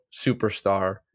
superstar